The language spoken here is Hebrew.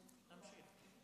בעינה.